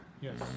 yes